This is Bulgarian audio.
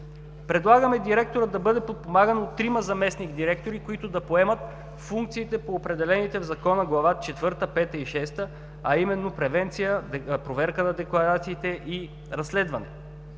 Предлагаме директорът да бъде подпомаган от трима заместник-директори, които да поемат функциите по определените в Закона глави четвърта, пета и шеста, а именно превенция, проверка на декларациите и разследване.